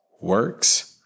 works